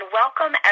welcome